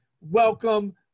welcome